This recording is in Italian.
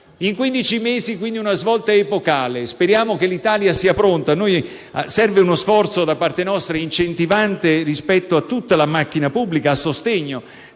mesi, quindi, una svolta epocale. Speriamo che l'Italia sia pronta. Serve uno sforzo, da parte nostra, incentivante rispetto a tutta la macchina pubblica, a sostegno